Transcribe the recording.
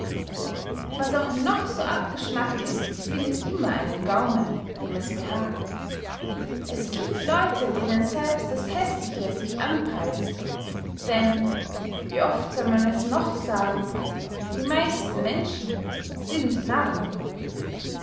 was auch noch so abgeschmackt ist findet immer einen gaumen dem es behagt es giebt leute denen selbst das häßliche sich anpreist denn wie oft soll man es noch sagen die meisten menschen sind narren